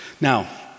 Now